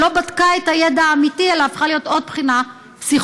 שלא בדקה את הידע האמיתי אלא הפכה להיות עוד בחינה פסיכומטרית.